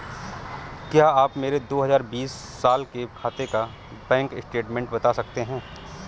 क्या आप मेरे दो हजार बीस साल के खाते का बैंक स्टेटमेंट बता सकते हैं?